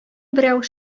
берәү